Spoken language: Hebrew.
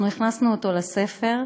אנחנו הכנסנו אותו לספר,